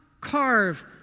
carve